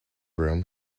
room